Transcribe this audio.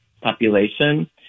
population